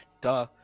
Duh